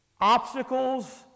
Obstacles